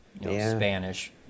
Spanish